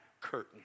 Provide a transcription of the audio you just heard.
curtain